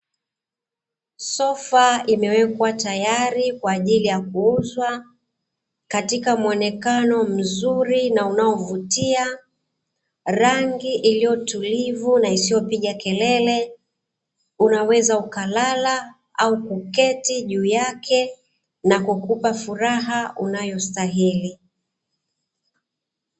Sofa imewekwa tayari kwa ajili ya kuuzwa, katika muonekano mzuri na unaovutia, rangi iliyo tulivu na isiyopiga kelele, unaweza ukalala au kuketi juu yake na kukupa furaha unayostahili.